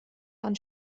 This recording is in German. waren